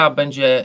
będzie